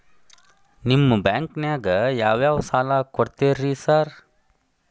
ನಿಮ್ಮ ಬ್ಯಾಂಕಿನಾಗ ಯಾವ್ಯಾವ ಸಾಲ ಕೊಡ್ತೇರಿ ಸಾರ್?